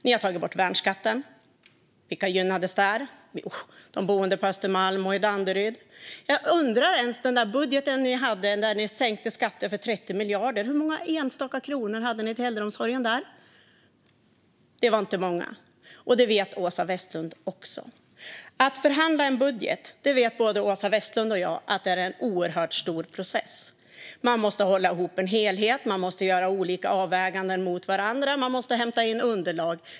Ni har tagit bort värnskatten. Vilka gynnades där? De boende på Östermalm och i Danderyd. I den budget där ni sänkte skatter med 30 miljarder, hur många enstaka kronor fanns där för äldreomsorgen? Det var inte många, och det vet Åsa Westlund också. Att förhandla en budget vet både Åsa Westlund och jag är en oerhört stor process. Man måste hålla ihop en helhet, man måste göra olika avväganden mot varandra och man måste hämta in underlag.